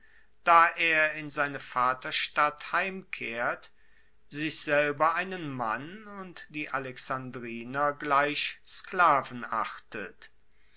da er in seine vaterstadt heimkehrt sich selber einen mann und die alexandriner gleich sklaven achtet